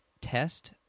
test